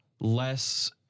less